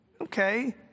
okay